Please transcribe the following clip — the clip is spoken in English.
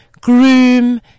groom